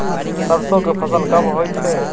सरसो के फसल कब होय छै?